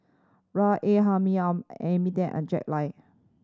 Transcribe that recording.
R A Hamid Amy and Jack Lai